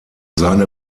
seine